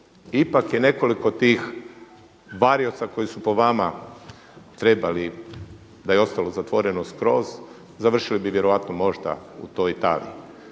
Ipak je nekoliko tih varioca koji su po vama trebali, da je ostalo zatvoreno skroz završili bi vjerojatno možda u toj Italiji.